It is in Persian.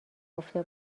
گفته